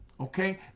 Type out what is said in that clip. okay